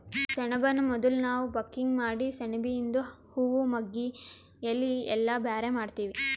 ಸೆಣಬನ್ನ ಮೊದುಲ್ ನಾವ್ ಬಕಿಂಗ್ ಮಾಡಿ ಸೆಣಬಿಯಿಂದು ಹೂವಾ ಮಗ್ಗಿ ಎಲಿ ಎಲ್ಲಾ ಬ್ಯಾರೆ ಮಾಡ್ತೀವಿ